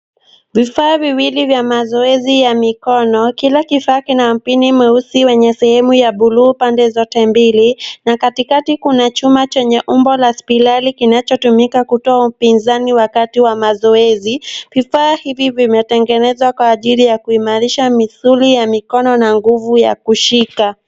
Vifaa viwili vya mazoezi ya mikono. Kila kifaa kina mpini mweusi wenye sehemu ya buluu upande zote mbili na katikati kuna chuma chenye umbo la spirali kinachotumika kutoa upinzani wakati wa mazoezi. Bidhaa hivi vimetengenezwa kwa ajili ya kuimarisha misuli ya mikono na nguvu ya kushika.